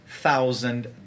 thousand